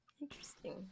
Interesting